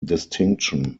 distinction